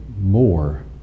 more